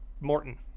Morton